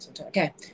Okay